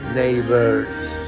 neighbors